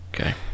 Okay